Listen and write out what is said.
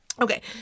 Okay